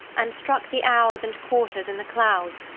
and struck the hours and quarters in the clouds,